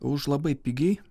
už labai pigiai